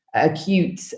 Acute